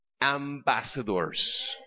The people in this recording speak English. Ambassadors